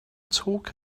talk